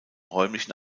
räumlichen